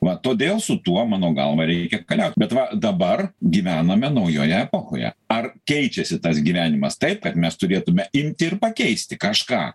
va todėl su tuo mano galva reikia keliaut bet va dabar gyvename naujoje epochoje ar keičiasi tas gyvenimas taip kad mes turėtume imti ir pakeisti kažką